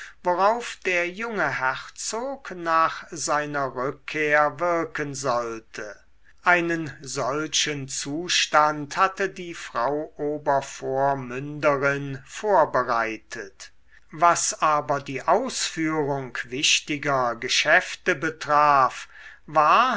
worauf der junge herzog nach seiner rückkehr wirken sollte einen solchen zustand hatte die frau obervormünderin vorbereitet was aber die ausführung wichtiger geschäfte betraf war